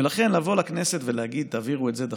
ולכן לבוא לכנסת ולהגיד: תעבירו את זה דחוף,